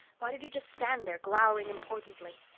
why did he just stand there, glowering importantly?